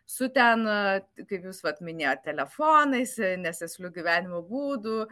su ten kaip jūs vat minėjot telefonais nesėsliu gyvenimo būdu